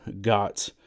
got